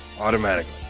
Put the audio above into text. automatically